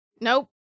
Nope